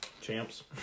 champs